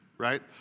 right